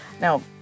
Now